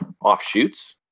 offshoots